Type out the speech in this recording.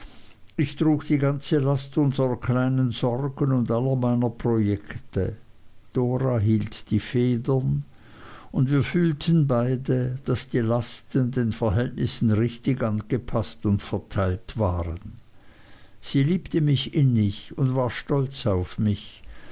ich trug die ganze last unserer kleinen sorgen und aller meiner projekte dora hielt die federn und wir fühlten beide daß die lasten den verhältnissen richtig angepaßt und verteilt waren sie liebte mich innig und war stolz auf mich